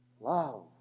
Love